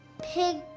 pig